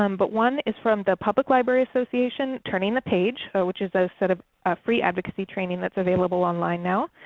um but one is from the public library association, turning the page, which is a sort of ah free advocacy training that's available online now.